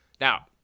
Now